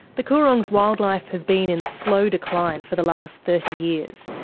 the coorong's wildlife has been in slow decline for the last thirty years,